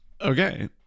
Okay